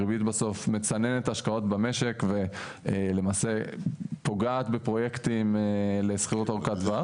הריבית היום מצננת השקעות במשק ופוגעת בפרויקטים לשכירות ארוכת טווח.